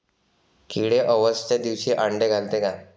किडे अवसच्या दिवशी आंडे घालते का?